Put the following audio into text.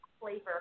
flavor